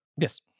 Yes